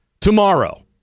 tomorrow